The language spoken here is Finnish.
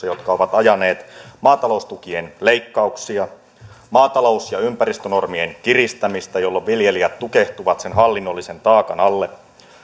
jotka ovat ajaneet maataloustukien leikkauksia ja maata lous ja ympäristönormien kiristämistä jolloin viljelijät tukehtuvat sen hallinnollisen taakan alle